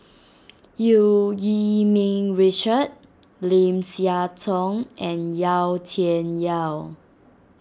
Eu Yee Ming Richard Lim Siah Tong and Yau Tian Yau